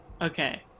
Okay